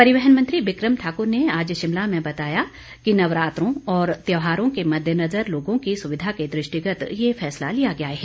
परिवहन मन्त्री बिक्रम ठाक्र ने आज शिमला में बताया कि नवरात्रों और त्यौहारों के मद्देनजर लोगों को सुविधा के दृष्टिगत यह फैसला लिया गया है